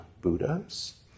buddhas